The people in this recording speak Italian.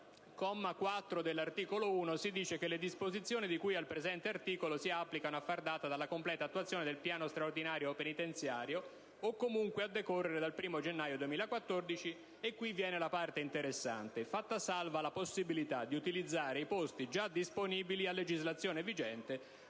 Al comma 4 dell'articolo 1 si legge: «Le disposizioni di cui al presente articolo si applicano a far data dalla completa attuazione del piano straordinario penitenziario, e comunque a decorrere dal 1º gennaio 2014,» - e qui viene la parte interessante - «fatta salva la possibilità di utilizzare i posti già disponibili a legislazione vigente